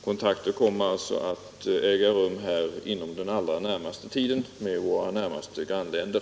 Kontakter kommer alltså att äga rum inom den allra närmaste tiden med våra grannländer.